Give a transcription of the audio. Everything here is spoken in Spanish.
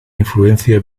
influencia